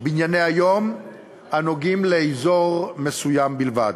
בענייני היום הנוגעות לאזור מסוים בלבד.